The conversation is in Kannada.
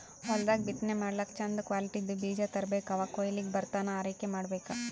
ಹೊಲ್ದಾಗ್ ಬಿತ್ತನೆ ಮಾಡ್ಲಾಕ್ಕ್ ಚಂದ್ ಕ್ವಾಲಿಟಿದ್ದ್ ಬೀಜ ತರ್ಬೆಕ್ ಅವ್ ಕೊಯ್ಲಿಗ್ ಬರತನಾ ಆರೈಕೆ ಮಾಡ್ಬೇಕ್